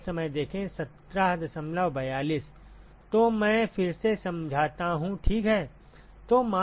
तो मैं फिर से समझाता हूँ ठीक है